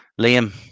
Liam